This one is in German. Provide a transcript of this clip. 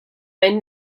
ein